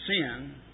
sin